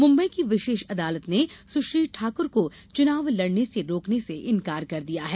मुंबई की विशेष अदालत ने सुश्री ठाकुर को चुनाव लड़ने से रोकने से इनकार कर दिया है